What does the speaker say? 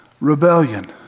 Rebellion